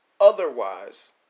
otherwise